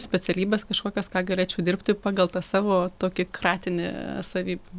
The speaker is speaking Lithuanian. specialybes kažkokias ką galėčiau dirbti pagal tą savo tokį kratinį savybių